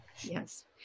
yes